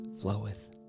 floweth